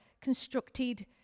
constructed